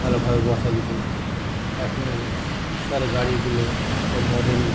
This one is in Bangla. ভালোভাবে বসা যেত এখনকার গাড়িগুলো সব মডেল